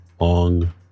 Long